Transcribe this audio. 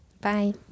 Bye